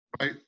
right